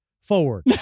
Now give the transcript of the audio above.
forward